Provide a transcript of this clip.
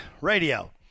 Radio